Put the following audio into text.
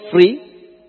free